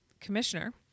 commissioner